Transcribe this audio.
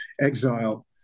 exile